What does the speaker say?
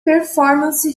performance